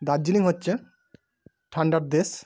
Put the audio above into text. দার্জিলিং হচ্ছে ঠাণ্ডার দেশ